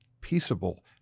peaceable